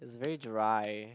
is very dry